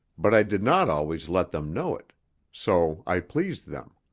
but i did not always let them know it so i pleased them.